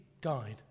died